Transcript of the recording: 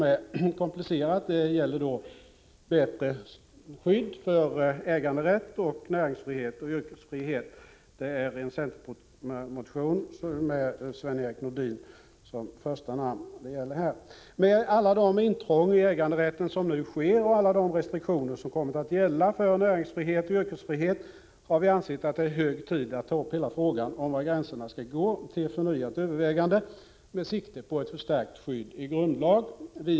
Det komplicerade fallet gäller bättre skydd för egendomsrätt samt näringsoch yrkesfrihet. Här finns en centermotion, där Sven-Erik Nordin är första namn. Med tanke på alla de intrång i äganderätten som nu sker och med tanke på alla de restriktioner som införts beträffande näringsoch yrkesfrihet har vi ansett att det är hög tid att till förnyat övervägande ta upp hela frågan om var gränserna skall gå. Vi har tagit sikte på förstärkning av grundlagsskyddet.